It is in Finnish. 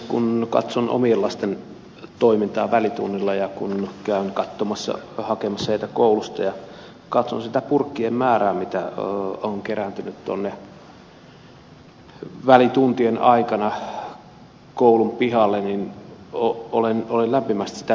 kun katson omien lasteni toimintaa välitunnilla ja kun käyn hakemassa heitä koulusta ja katson sitä purkkien määrää mikä on kerääntynyt välituntien aikana koulun pihalle niin olen lämpimästi sitä mieltä että ed